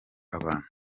abantu